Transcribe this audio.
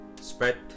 spread